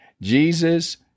Jesus